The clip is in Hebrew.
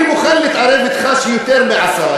אני מוכן להתערב אתך שיותר מעשר,